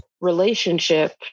relationship